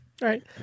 right